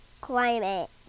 climate